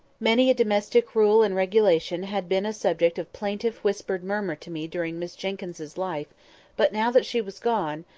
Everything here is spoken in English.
many a domestic rule and regulation had been a subject of plaintive whispered murmur to me during miss jenkyns's life but now that she was gone,